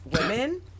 women